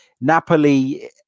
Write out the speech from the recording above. Napoli